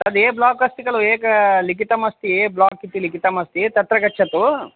तद् ब्लाक् अस्ति खलु एकं लिखितमस्ति ए ब्लाक् इति लिखितमस्ति तत्र गच्छतु